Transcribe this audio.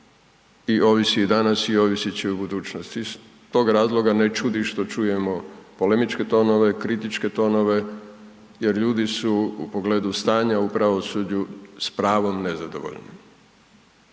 i ovisi i danas i ovisit će u budućnosti i iz tog razloga ne čudi što čujemo polemičke tonove, kritičke tonove jer ljudi su u pogledu stanja u pravosuđu s pravom nezadovoljni.